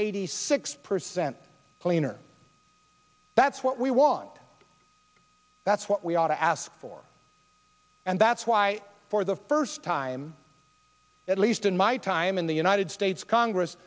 eighty six percent cleaner that's what we want that's what we ought to ask for and that's why for the first time at least in my time in the united states congress